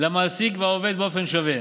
למעסיק והעובד באופן שווה,